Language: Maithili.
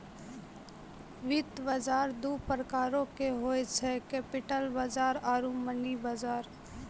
वित्त बजार दु प्रकारो के होय छै, कैपिटल बजार आरु मनी बजार